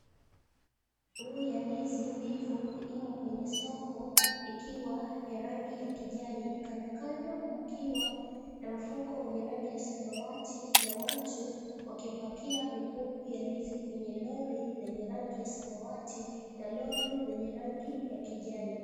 Mikungu ya ndizi mbivu imo kwenye soko ikiwa ya rangi ya kijani. Kandokando mkiwa na mfuko wenye rangi ya samawati na watu wakipakia mikungu ya ndizi kwenye lori lenye rangi ya samawati, na lori lenye rangi ya kijani.